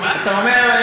תמיד.